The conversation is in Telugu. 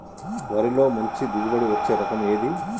వరిలో మంచి దిగుబడి ఇచ్చే రకం ఏది?